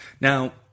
Now